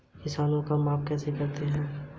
खेत का माप कैसे लेते हैं?